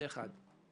זה דבר אחד.